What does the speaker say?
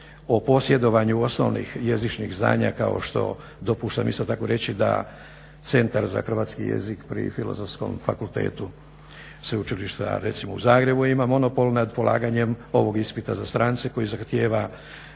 o posjedovanju osnovnih jezičnih znanja, kao što dopuštam isto tako reći da Centar za hrvatski jezik pri Filozofskom fakultetu Sveučilišta u Zagrebu ima monopol nad polaganjem ovog ispita za strance koji zahtijeva